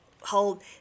hold